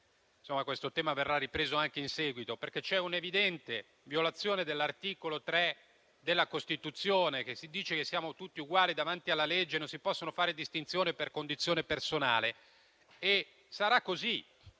che questo tema verrà ripreso anche in seguito, perché c'è un'evidente violazione dell'articolo 3 della Costituzione, che afferma che siamo tutti uguali davanti alla legge e che non si possono fare distinzioni per condizione personale. Sarà così